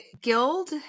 Guild